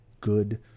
good